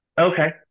Okay